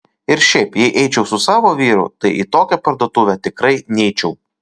ir šiaip jei eičiau su savo vyru tai į tokią parduotuvę tikrai neičiau